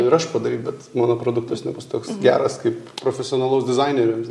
ir aš padaryt bet mano produktas nebus toks geras kaip profesionalaus dizainerio